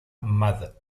mad